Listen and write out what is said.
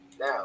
Now